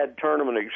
tournament